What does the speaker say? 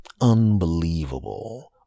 Unbelievable